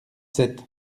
sept